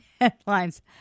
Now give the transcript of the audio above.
headlines